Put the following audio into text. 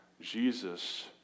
Jesus